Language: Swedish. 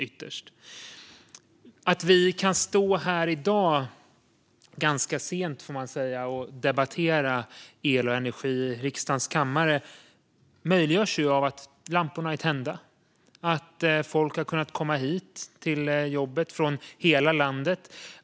Att vi kan stå här i dag, ganska sent, och debattera el och energi i riksdagens kammare möjliggörs av att lamporna är tända och att folk har kunnat komma hit till jobbet från hela landet.